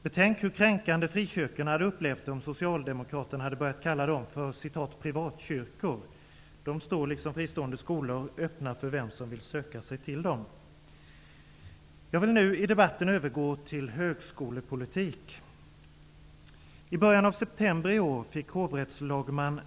Betänk hur kränkande frikyrkorna hade upplevt det om socialdemokraterna hade börjat kalla dem för ''privatkyrkor''. De står, liksom fristående skolor, öppna för dem som vill söka sig till dem. Jag vill nu övergå till att tala om högskolepolitik.